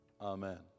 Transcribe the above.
Amen